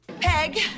peg